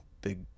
Big